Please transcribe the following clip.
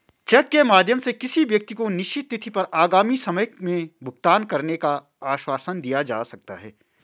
check के माध्यम से किसी व्यक्ति को निश्चित तिथि पर आगामी समय में भुगतान करने का आश्वासन दिया जा सकता है